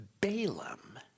Balaam